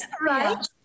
right